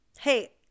hey